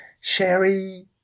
sherry